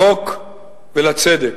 לחוק ולצדק.